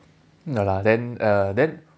ya lah then uh then